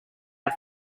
out